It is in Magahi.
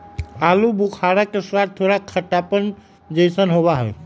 आलू बुखारा के स्वाद थोड़ा खट्टापन जयसन होबा हई